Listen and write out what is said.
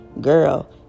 Girl